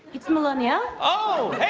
it's melania. oh, hey,